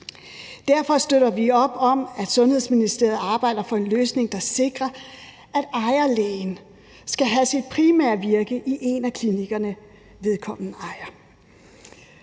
derfor støtter vi op om, at Sundhedsministeriet arbejder for en løsning, der sikrer, at ejerlægen skal have sit primære virke i en af klinikkerne, som vedkommende ejer.